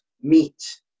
meet